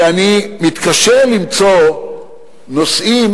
ואני מתקשה למצוא נושאים